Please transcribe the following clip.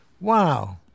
wow